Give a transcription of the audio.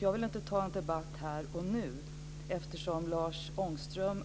Jag vill inte ta en debatt här och nu, eftersom Lars Ångström